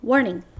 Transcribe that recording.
Warning